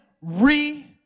re